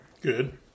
Good